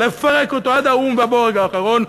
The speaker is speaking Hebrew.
לפרק אותו עד האום והבורג האחרון,